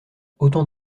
autant